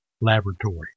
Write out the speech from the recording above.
Laboratory